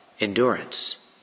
endurance